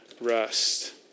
rest